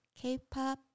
K-pop